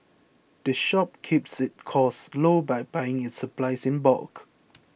the shop keeps its costs low by buying its supplies in bulk